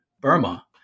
Burma